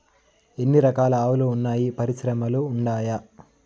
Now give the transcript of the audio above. ఎన్ని రకాలు ఆవులు వున్నాయి పరిశ్రమలు ఉండాయా?